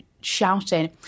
shouting